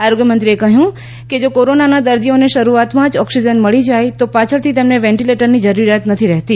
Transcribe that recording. આરોગ્ય મંત્રીએ કહયું કે જો કોરોનાના દર્દીઓને શરૂઆતમાં જ ઓકસીજન મળી જાય તો પાછળથી તેમને વેન્ટીલેટરની જરૂરીયાત નથી રહેતી